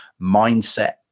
mindset